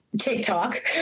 TikTok